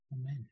Amen